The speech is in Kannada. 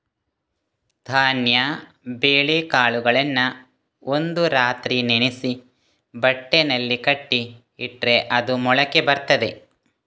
ಧಾನ್ಯ ಬೇಳೆಕಾಳುಗಳನ್ನ ಒಂದು ರಾತ್ರಿ ನೆನೆಸಿ ಬಟ್ಟೆನಲ್ಲಿ ಕಟ್ಟಿ ಇಟ್ರೆ ಅದು ಮೊಳಕೆ ಬರ್ತದೆ